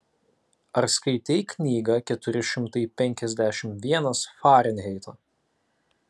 ar skaitei knygą keturi šimtai penkiasdešimt vienas farenheito